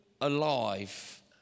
alive